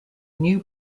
new